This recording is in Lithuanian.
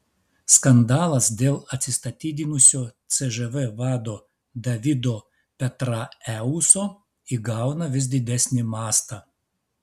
skandalas dėl atsistatydinusio cžv vado davido petraeuso įgauna vis didesnį mastą